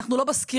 אנחנו לא בסקירת